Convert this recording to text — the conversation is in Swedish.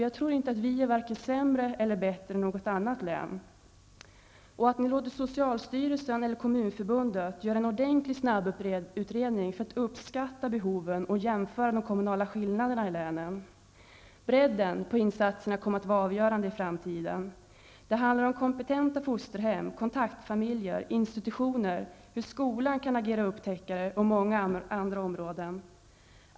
Jag tror inte att vi är varken bättre eller sämre än andra län, och att ni låter socialstyrelsen eller Kommmunförbundet göra en ordentlig snabbutredning för att uppskatta behoven och jämföra de kommunala skillnaderna i länen. Bredden på insatserna kommer att vara avgörande i framtiden. Det handlar om kompetenta fosterhem, kontaktfamiljer, institutioner, hur skolan kan agera upptäckare och många andra områden.